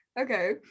okay